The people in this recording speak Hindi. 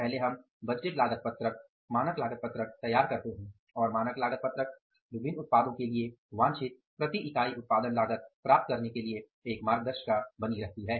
पहले हम बजटेड लागत पत्रक मानक लागत पत्रक तैयार करते हैं और वह मानक लागत पत्रक विभिन्न उत्पादों के लिए वांछित प्रति इकाई उत्पादन लागत प्राप्त करने के लिए एक मार्गदर्शिका बनी रहती है